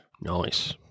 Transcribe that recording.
Nice